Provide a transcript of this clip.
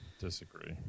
Disagree